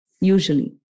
usually